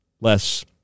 less